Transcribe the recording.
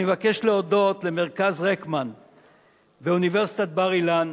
אני מבקש להודות למרכז רֶקמן באוניברסיטת בר-אילן,